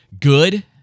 good